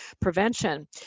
prevention